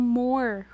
more